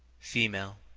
female,